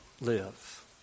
live